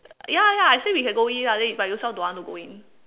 ya ya I say we can go in ah then you but ownself don't want to go in